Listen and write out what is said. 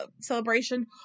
celebration